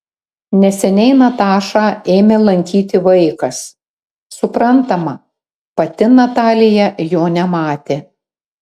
neseniai natašą ėmė lankyti vaikas suprantama pati natalija jo nematė